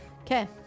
Okay